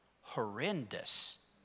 horrendous